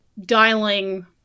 dialing